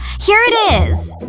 here it is.